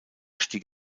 stieg